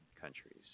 countries